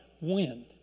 wind